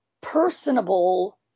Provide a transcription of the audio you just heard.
personable